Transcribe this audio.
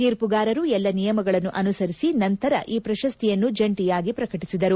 ತೀರ್ಮಗಾರರು ಎಲ್ಲ ನಿಯಮಗಳನ್ನು ಅನುಸರಿಸಿ ನಂತರ ಈ ಪ್ರಶಸ್ತಿಯನ್ನು ಜಂಟಿಯಾಗಿ ಪ್ರಕಟಿಸಿದರು